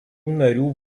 narių